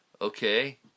okay